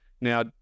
Now